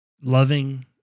loving